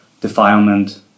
defilement